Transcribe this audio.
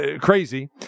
crazy